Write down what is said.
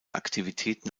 aktivitäten